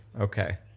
Okay